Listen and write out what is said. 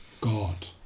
God